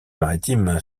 maritime